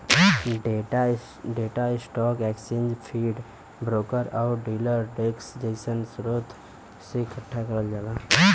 data stock exchange feed, broker आउर dealer desk जइसन स्रोत से एकठ्ठा करल जाला